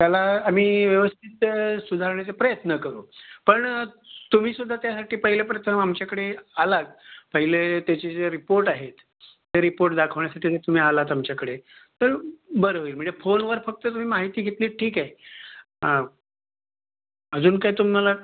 त्याला आम्ही व्यवस्थित सुधारण्याचे प्रयत्न करू पण तुम्ही सुद्धा त्यासाठी पहिले प्रथम आमच्याकडे आलात पहिले त्याचे जे रिपोर्ट आहेत ते रिपोर्ट दाखवण्यासाठी जर तुम्ही आलात आमच्याकडे तर बरं होईल म्हणजे फोनवर फक्त तुम्ही माहिती घेतलीत ठीक आहे अजून काही तुम्हाला